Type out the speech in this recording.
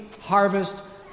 harvest